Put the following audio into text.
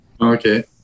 Okay